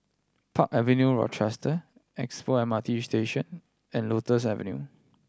Park Avenue Rochester Expo M R T Station and Lotus Avenue